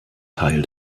teil